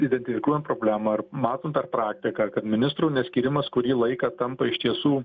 identifikuojam problemą ir matom per praktiką kad ministrų neskyrimas kurį laiką tampa iš tiesų